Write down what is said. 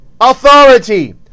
authority